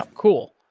cool.